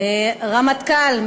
רמטכ"ל,